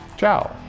Ciao